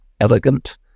elegant